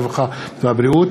הרווחה והבריאות,